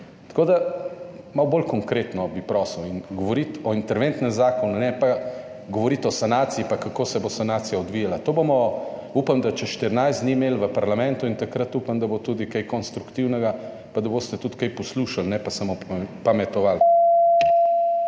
Tako, da malo bolj konkretno bi prosil. In govoriti o interventnem zakonu, ne pa govoriti o sanaciji, pa kako se bo sanacija odvijala. To bomo, upam, da čez 14 dni imeli v parlamentu in takrat upam, da bo tudi kaj konstruktivnega, pa da boste tudi kaj poslušali, ne pa samo pametovali.